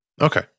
Okay